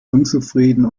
unzufrieden